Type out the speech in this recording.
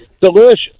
Delicious